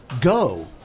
Go